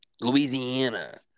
Louisiana